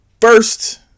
First